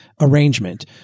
arrangement